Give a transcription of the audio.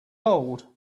old